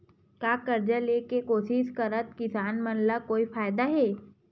का कर्जा ले के कोशिश करात किसान मन ला कोई फायदा हे?